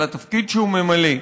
על התפקיד שהוא ממלא,